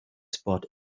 spot